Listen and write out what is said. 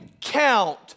count